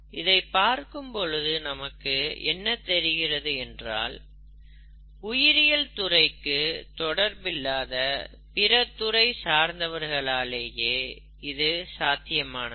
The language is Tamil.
இதை பார்க்கும் பொழுது நமக்கு என்ன தெரிகிறது என்றால் உயிரியல் துறைக்கு தொடர்பில்லாத பிற துறை சார்ந்தவர்களாலேயே இது சாத்தியமானது